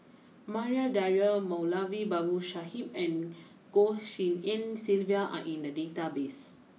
Maria Dyer Moulavi Babu Sahib and Goh Tshin En Sylvia are in the database